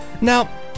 Now